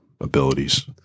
abilities